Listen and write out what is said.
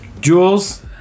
Jules